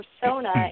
persona